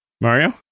Mario